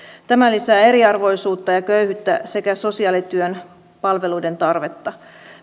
tämä lisää eriarvoisuutta ja köyhyyttä sekä sosiaalityön palveluiden tarvetta